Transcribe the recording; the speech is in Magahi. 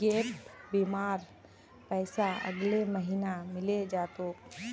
गैप बीमार पैसा अगले महीने मिले जा तोक